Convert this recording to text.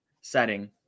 setting